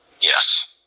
yes